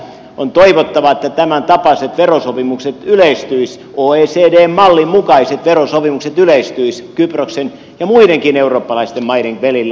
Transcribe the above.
on toivottavaa että tämäntapaiset verosopimukset oecdn mallin mukaiset verosopimukset yleistyisivät kyproksen ja muidenkin eurooppalaisten maiden välillä